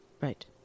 Right